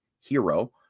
hero